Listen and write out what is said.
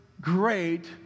great